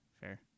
Fair